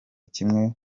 kimwe